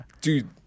Dude